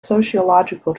sociological